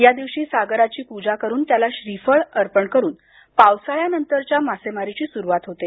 या दिवशी सागराची पूजा करून त्याला श्रीफळ अर्पण करून पावसाळ्यानंतरच्या मासेमारीची सुरुवात होते